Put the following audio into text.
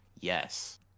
yes